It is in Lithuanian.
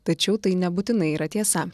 tačiau tai nebūtinai yra tiesa